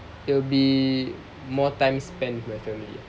it'll be more time spent with my family lah